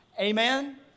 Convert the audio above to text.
Amen